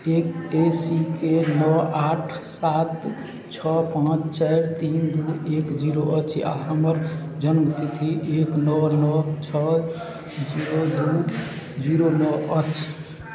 एक A C के नओ आठ सात छओ पाँच चारि तीन दुइ एक जीरो अछि आओर हमर जनमतिथि एक नओ नओ छओ जीरो दुइ जीरो नओ अछि